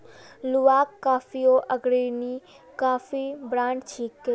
Luwak कॉफियो अग्रणी coffee brand छिके